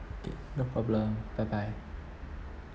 okay no problem bye bye